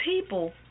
people